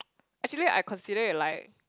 actually I consider it like